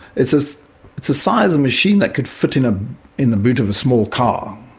it's ah it's a size of machine that could fit in ah in the boot of a small car,